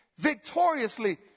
victoriously